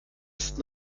ist